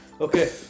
Okay